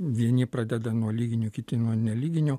vieni pradeda nuo lyginių kiti nuo nelyginių